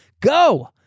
Go